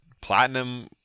Platinum